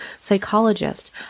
psychologist